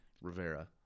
Rivera